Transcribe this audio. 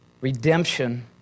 redemption